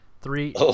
Three